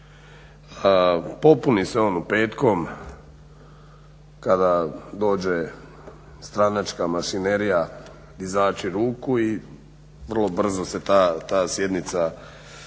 Popuni se on petkom kada dođe stranačka mašinerija iznaći ruku i vrlo brzo se ta sjednica privede